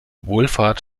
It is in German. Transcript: wohlfahrt